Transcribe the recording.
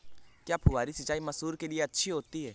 क्या फुहारी सिंचाई मसूर के लिए अच्छी होती है?